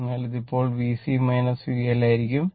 അതിനാൽ ഇത് ഇപ്പോൾ VC VL ആയിരിക്കും